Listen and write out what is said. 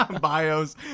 bios